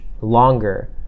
longer